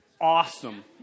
awesome